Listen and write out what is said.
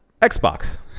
Xbox